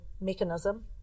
Mechanism